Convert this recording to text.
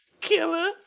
killer